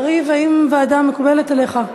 יריב, האם ועדה מקובלת עליך?